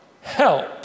help